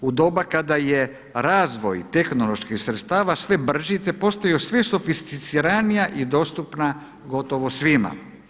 U doba kada je razvoj tehnoloških sredstava sve brži, te postaju sve sofisticiranija i dostupna gotovo svima.